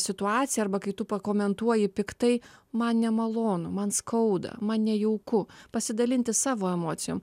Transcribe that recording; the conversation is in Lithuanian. situaciją arba kai tu pakomentuoji piktai man nemalonu man skauda man nejauku pasidalinti savo emocijom